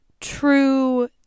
true